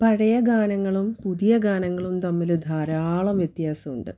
പഴയ ഗാനങ്ങളും പുതിയ ഗാനങ്ങളും തമ്മിൽ ധാരാളം വ്യത്യാസം ഉണ്ട്